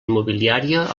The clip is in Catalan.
immobiliària